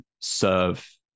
serve